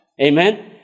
Amen